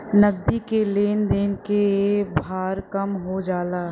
नगदी के लेन देन क भार कम हो जाला